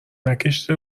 نکشیده